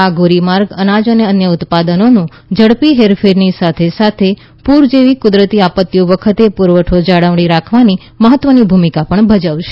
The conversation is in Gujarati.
આ ધોરીમાર્ગ અનાજ અને અન્ય ઉત્પાદનોનું ઝડપી હેરફેરની સાથે સાથે પુર જેવી કુદરતી આપત્તિઓ વખતે પુરવઠો જાળવી રાખવાની મહત્વની ભૂમિકા પણ ભજવશે